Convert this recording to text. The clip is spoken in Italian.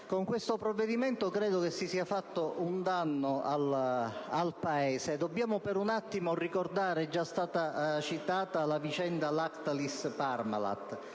con questo provvedimento sia stato fatto un danno al Paese. Dobbiamo per un attimo ricordare - è già stata citata la vicenda Lactalis-Parmalat